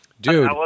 Dude